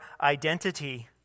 identity